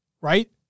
right